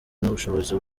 n’ubushobozi